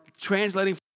translating